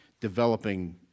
developing